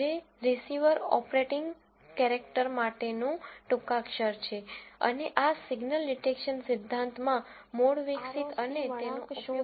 છે જે receiver operating character માટેનું ટૂંકાક્ષર છે અને આ સિગ્નલ ડિટેક્શન સિદ્ધાંતમાં મૂળ વિકસિત અને તેનો ઉપયોગમાં લીધેલ છે